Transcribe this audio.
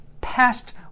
past